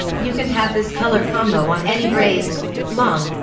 you can have this color combo on any braids long,